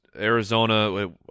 Arizona